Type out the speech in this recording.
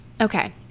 okay